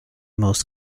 most